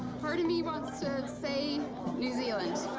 part of me wants to say new zealand.